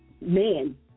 men